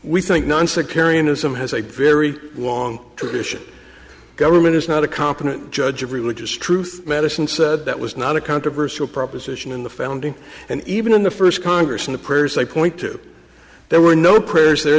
we think nonsectarian has some has a very long tradition government is not a competent judge of religious truth medicine said that was not a controversial proposition in the founding and even in the first congress in the prayers they point to there were no prayers there